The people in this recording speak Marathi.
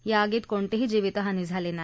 या आगीत कोणतीही जीवितहानी झाली नाही